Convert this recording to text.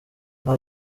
nta